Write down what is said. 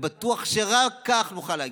ובטוח שרק כך, נוכל להגיע.